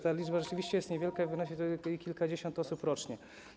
Ta liczba rzeczywiście jest niewielka i wynosi kilkadziesiąt osób rocznie.